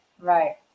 Right